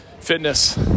fitness